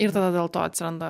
ir tada dėl to atsiranda